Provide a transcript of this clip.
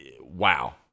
wow